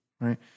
right